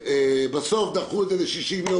--- בסוף דחו את זה ל-60 יום.